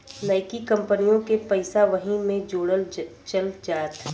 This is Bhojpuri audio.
नइकी कंपनिओ के पइसा वही मे जोड़ल चल जात